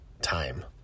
time